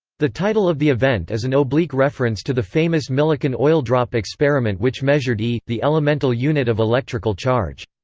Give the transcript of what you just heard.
the title of the event is an oblique reference to the famous millikan oil-drop experiment which measured e, the elemental unit of electrical charge.